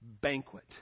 banquet